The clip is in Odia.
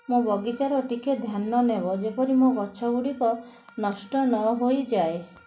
ମୋ ବାଗିଚାର ଟିକେ ଧ୍ୟାନ ନେବ ମୋ ଗଛ ଗୁଡ଼ିକ ନଷ୍ଟ ନ ହୋଇଯାଏ